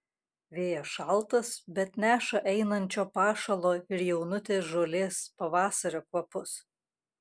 vėjas šaltas bet neša einančio pašalo ir jaunutės žolės pavasario kvapus